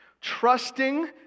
trusting